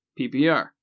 PPR